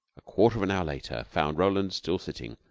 a quarter of an hour later found roland still sitting,